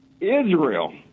Israel